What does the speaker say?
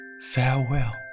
Farewell